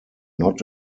not